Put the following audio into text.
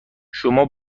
شما